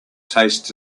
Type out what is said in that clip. tastes